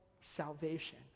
salvation